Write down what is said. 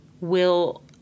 will-